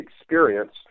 experience